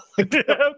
Okay